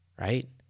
right